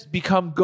become